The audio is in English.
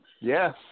Yes